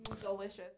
Delicious